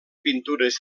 pintures